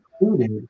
included